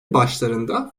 başlarında